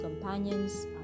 companions